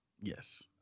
yes